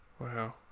Wow